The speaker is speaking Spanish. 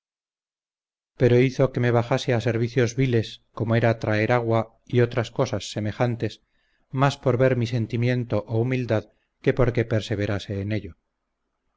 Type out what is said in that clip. pero hizo que me bajase a servicios viles como era traer agua y otras cosas semejantes más por ver mi sentimiento o humildad que por que perseverase en ello